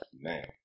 Man